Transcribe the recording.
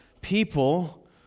people